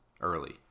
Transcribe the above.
early